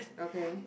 okay